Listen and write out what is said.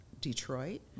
Detroit